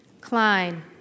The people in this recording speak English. Klein